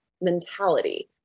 mentality